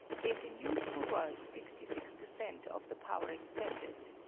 gave in useful work sixty six per cent. of the power expended.